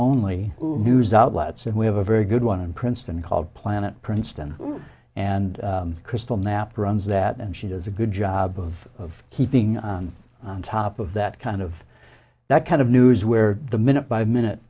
only news outlets and we have a very good one in princeton called planet princeton and crystal knapp runs that and she does a good job of keeping on top of that kind of that kind of news where the minute by minute